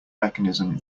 mechanism